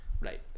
right